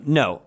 no